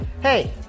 Hey